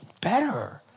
better